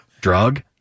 drug